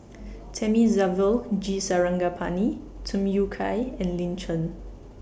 Thamizhavel G Sarangapani Tham Yui Kai and Lin Chen